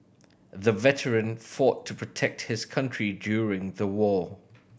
the veteran fought to protect his country during the war